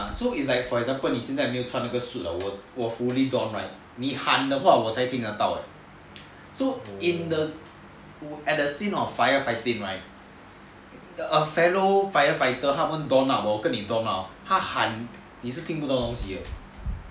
so it's like for example 你现在没有穿那个 suit 我 fully toned right 你喊的话我才听得到 so at the scene of fire fighting right a fellow firefighter 他们 done up 跟你 done up 他喊你是听不到东西的